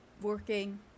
working